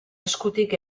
eskutik